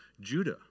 Judah